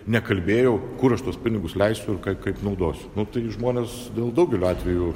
nekalbėjau kur aš tuos pinigus leisiu ir kai kaip naudosiu nu tai žmonės dėl daugelio atvejų